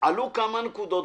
שעלו בו כמה נקודות.